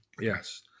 Yes